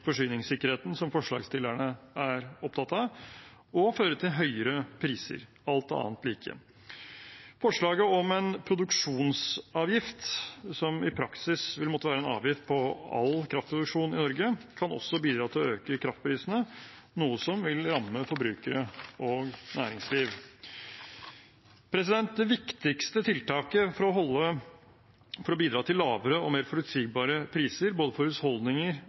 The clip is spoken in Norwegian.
forsyningssikkerheten, som forslagsstillerne er opptatt av, og føre til høyere priser – alt annet like. Forslaget om en produksjonsavgift, som i praksis vil måtte være en avgift på all kraftproduksjon i Norge, kan også bidra til å øke kraftprisene, noe som vil ramme forbrukere og næringsliv. Det viktigste tiltaket for å bidra til lavere og mer forutsigbare priser, både for husholdninger,